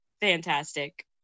fantastic